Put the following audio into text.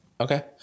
Okay